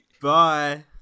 Bye